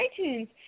iTunes